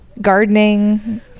gardening